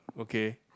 okay